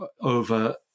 over